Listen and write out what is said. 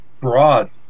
broad